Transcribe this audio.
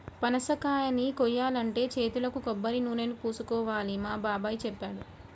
పనసకాయని కోయాలంటే చేతులకు కొబ్బరినూనెని పూసుకోవాలని మా బాబాయ్ చెప్పాడు